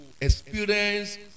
experience